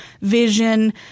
vision